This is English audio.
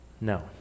No